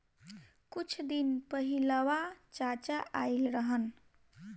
कुछ दिन पहिलवा चाचा आइल रहन